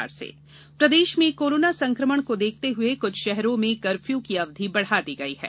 corona curfew प्रदेश में corona संक्रमण को देखते हुए कुछ शहरों में कर्फ़यू की अवधि बढ़ा दी गई है